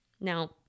Now